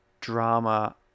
drama